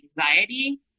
anxiety